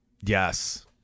yes